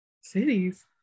Cities